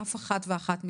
אף אחת ואחת מכן.